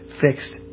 fixed